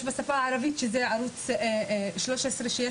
יש גם בכאן 11. אני